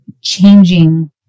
changing